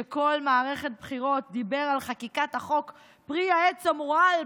שכל מערכת בחירות דיבר על חקיקת חוק פרי העץ המורעל,